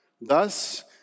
Thus